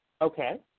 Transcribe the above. Okay